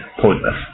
pointless